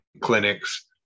clinics